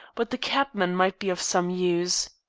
but the cabman might be of some use.